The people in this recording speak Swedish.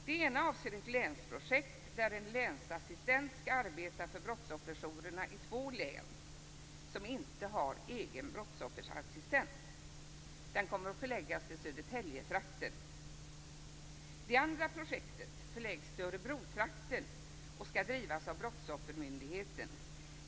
Det ena avser ett länsprojekt där en länsassistent skall arbeta för brottsofferjourerna i två län som inte har egen brottsofferassistent. Den kommer att förläggas till Södertäljetrakten. Det andra projektet förläggs till Örebrotrakten och skall drivas av Brottsoffermyndigheten.